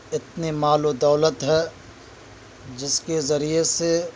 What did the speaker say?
اتنے مال و دولت ہے جس کے ذریعے سے